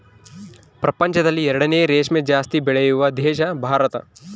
ಪ್ರಪಂಚದಲ್ಲಿ ಎರಡನೇ ರೇಷ್ಮೆ ಜಾಸ್ತಿ ಬೆಳೆಯುವ ದೇಶ ಭಾರತ